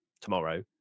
tomorrow